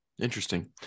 Interesting